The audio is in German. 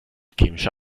chemische